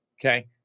Okay